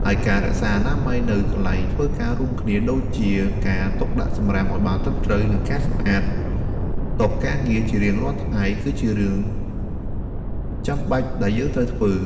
ហើយការរក្សាអនាម័យនៅកន្លែងធ្វើការរួមគ្នា ដូចជាការទុកដាក់សំរាមឲ្យបានត្រឹមត្រូវ និងការសម្អាតតុការងាររៀងរាល់ថ្ងៃ គឺជារឿងចាំបាច់ដែលយើងត្រូវធ្វើ។